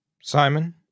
Simon